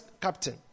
captain